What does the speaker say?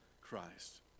Christ